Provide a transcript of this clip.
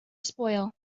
spoil